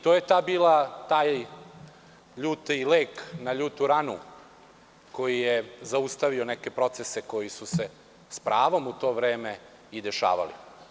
To je tada bio taj ljuti lek na ljutu ranu koji je zaustavio neke procese koji su se s pravom u to vreme dešavali.